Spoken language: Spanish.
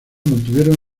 mantuvieron